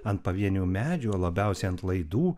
ant pavienių medžių o labiausiai ant laidų